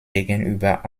gegenüber